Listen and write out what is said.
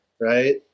right